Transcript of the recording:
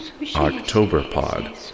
Octoberpod